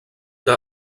que